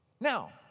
Now